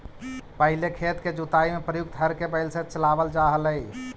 पहिले खेत के जुताई में प्रयुक्त हर के बैल से चलावल जा हलइ